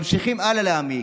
ממשיכים הלאה להעמיק.